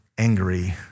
angry